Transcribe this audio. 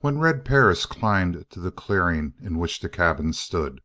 when red perris climbed to the clearing in which the cabin stood.